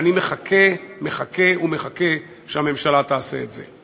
ואני מחכה, מחכה ומחכה שהממשלה תעשה את זה.